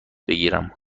بکیرم